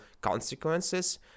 consequences